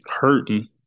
hurting